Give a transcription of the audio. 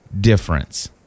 difference